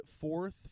fourth